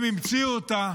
הם המציאו אותה